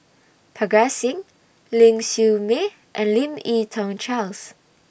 Parga Singh Ling Siew May and Lim Yi Tong Charles